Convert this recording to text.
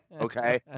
okay